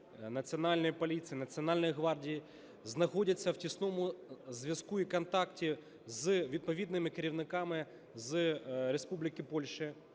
Національної поліції, Національної гвардії знаходяться в тісному зв'язку і контакті з відповідними керівниками з Республіки Польща,